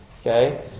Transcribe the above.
Okay